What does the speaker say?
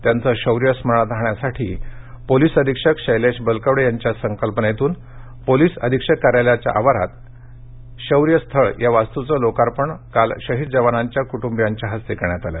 त्यांचे शौर्य स्मरणात राहण्यासाठी पोलिस अधीक्षक शैलेश बलकवडे यांच्या संकल्पनेतून पोलिस अधीक्षक कार्यालयाच्या आवारात निर्मित शौर्य स्थळ या वास्तूचे लोकार्पण काल शहीद जवानांच्या कूटुंबीयांच्या हस्ते करण्यात आलं